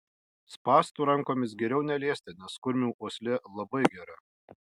spąstų rankomis geriau neliesti nes kurmių uoslė labai gera